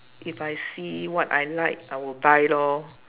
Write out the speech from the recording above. if I see what I like I will buy lor